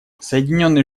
соединенные